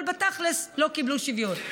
אבל תכל'ס לא קיבלו שוויון.